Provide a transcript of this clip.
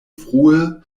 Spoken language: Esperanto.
frue